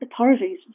authorities